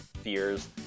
fears